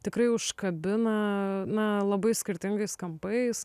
tikrai užkabina na labai skirtingais kampais